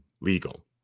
legal